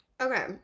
Okay